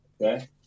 Okay